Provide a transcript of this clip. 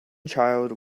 child